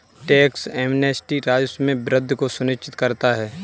tax amnesty राजस्व में वृद्धि को सुनिश्चित करता है